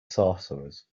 sorcerers